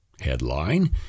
Headline